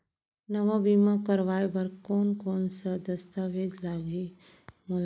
नवा बीमा करवाय बर कोन कोन स दस्तावेज लागही मोला?